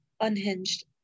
Unhinged